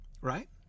right